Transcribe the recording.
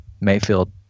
Mayfield